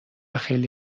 خیلی